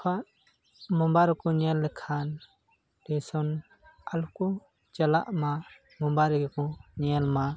ᱠᱚ ᱢᱳᱵᱟᱭᱤᱞ ᱨᱮᱠᱚ ᱧᱮᱞ ᱞᱮᱠᱷᱟᱱ ᱴᱤᱭᱩᱥᱚᱱ ᱟᱞᱚ ᱠᱚ ᱪᱟᱞᱟᱜᱢᱟ ᱢᱳᱵᱟᱭᱤᱞ ᱜᱮ ᱠᱚ ᱧᱮᱞᱢᱟ